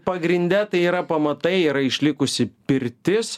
pagrinde tai yra pamatai yra išlikusi pirtis